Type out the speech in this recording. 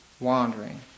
Wandering